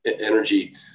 energy